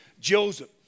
Joseph